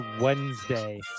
Wednesday